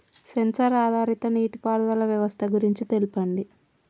Censor ఆధారిత నీటిపారుదల వ్యవస్థ గురించి తెల్పండి?